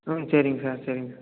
ம் சரிங் சார் சரிங் சார்